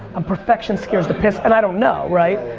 and perfection scares the piss. and i don't know, right?